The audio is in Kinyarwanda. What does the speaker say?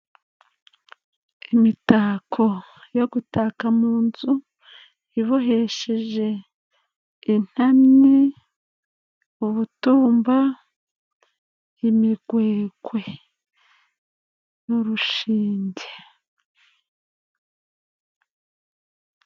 Imitako yo gutaka mu nzu, ibohesheje intamyi, ubutumba, imigwegwe n'urushinge.